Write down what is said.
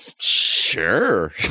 Sure